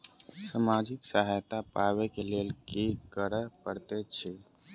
सामाजिक सहायता पाबै केँ लेल की करऽ पड़तै छी?